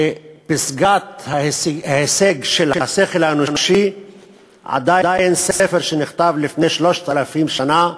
שפסגת ההישג של השכל האנושי היא עדיין ספר שנכתב לפני 3,000 שנה,